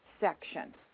section